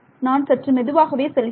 நான் சற்று மெதுவாகவே செல்கிறேன்